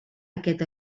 aquest